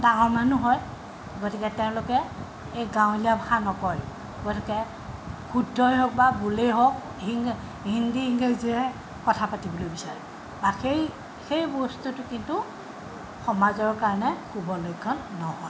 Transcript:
ডাঙৰ মানুহ হয় গতিকে তেওঁলোকে এই গাঁৱলীয়া ভাষা নকয় গতিকে শুদ্ধই হওক বা ভুলেই হওক হিন হিন্দী ইংৰাজীৰে কথা পাতিবলৈ বিচাৰে বা সেই সেই বস্তুটো কিন্তু সমাজৰ কাৰণে শুভ লক্ষণ নহয়